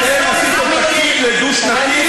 אתם עשיתם תקציב דו-שנתי,